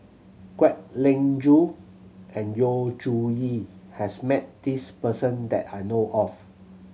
Kwek Leng Joo and Yu Zhuye has met this person that I know of